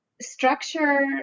structure